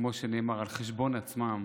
כמו שנאמר, על חשבון עצמם